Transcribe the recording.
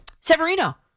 Severino